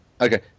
Okay